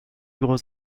gros